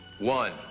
One